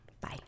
bye